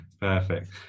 Perfect